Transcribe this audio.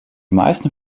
meisten